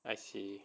I see